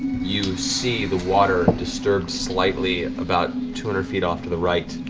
you see the water disturbed slightly about two hundred feet off to the right.